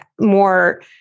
more